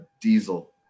Diesel